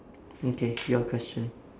okay your question